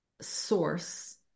source